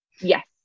Yes